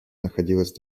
находилась